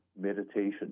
meditation